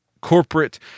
corporate